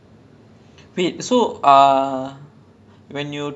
so ya அப்பைல இருந்து:apaila irunthu I haven't ya so அப்பைல இருந்து:apaila irunthu I haven't